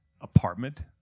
apartment